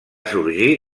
sorgir